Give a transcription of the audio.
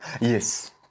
Yes